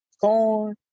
corn